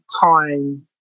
time